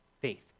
faith